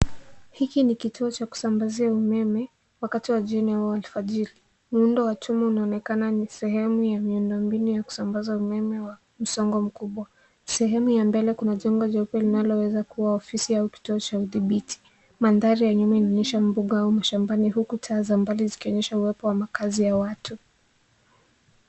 Hiki ni kituo cha kusambazia umeme wakati wa jioni au alfajiri. Muundo wa chuma unaonekana ni sehemu ya miundombinu ya kusambaza umeme wa msongo mkubwa. Sehemu ya mbele kuna jengo jeupe linaloweza kuwa ofisi au kituo cha udhibiti. Mandhari ya nyuma inaonyesha mbuga au mashambani huku taa za mbali zikionyesha uwepo wa makazi ya watu.